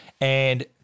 and-